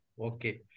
Okay